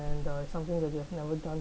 and uh something I've never done